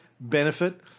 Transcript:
benefit